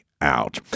out